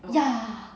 ya